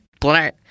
blur